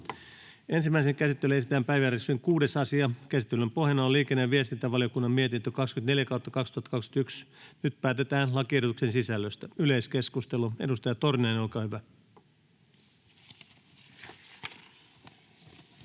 Ensimmäiseen käsittelyyn esitellään päiväjärjestyksen 6. asia. Käsittelyn pohjana on liikenne- ja viestintävaliokunnan mietintö LiVM 24/2021 vp. Nyt päätetään lakiehdotuksen sisällöstä. — Yleiskeskustelu, edustaja Torniainen, olkaa hyvä.